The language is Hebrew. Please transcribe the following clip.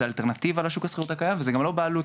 זו אלטרנטיבה לשוק השכירות הקיים וזו גם לא בעלות.